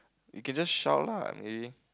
you can just shout lah maybe